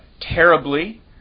terribly